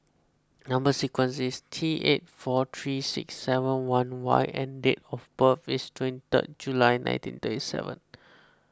Number Sequence is T eight four three six seven one Y and date of birth is twenty third July nineteen thirty seven